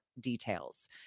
details